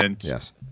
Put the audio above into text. yes